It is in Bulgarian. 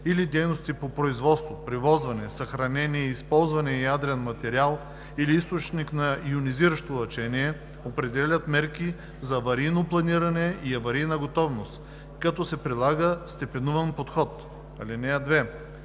или дейности по производство, превозване, съхраняване и използване на ядрен материал или източник на йонизиращо лъчение, определят мерки за аварийно планиране и аварийна готовност, като се прилага степенуван подход. (2)